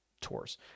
tours